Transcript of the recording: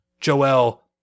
Joel